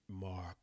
Mark